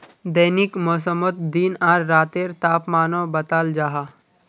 दैनिक मौसमोत दिन आर रातेर तापमानो बताल जाहा